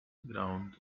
grounds